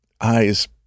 eyes